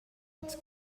it’s